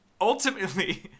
ultimately